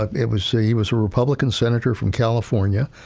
ah it was so he was a republican senator from california,